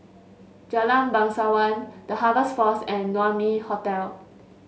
Jalan Bangsawan The Harvest Force and Naumi Hotel